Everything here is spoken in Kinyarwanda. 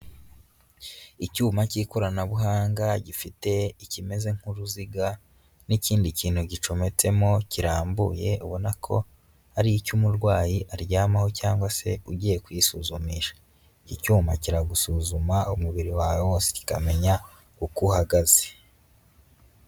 Icyuma cy'ikoranabuhanga, gifite ikimeze nk'uruziga, n'ikindi kintu gicometsemo kirambuye, ubona ko ari icy'umurwayi aryamaho, cyangwa se ugiye kwisuzumisha. Icyuma kiragusuzuma umubiri wawe wose, ukamenya uko uhagaze.